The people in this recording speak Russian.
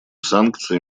санкции